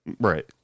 Right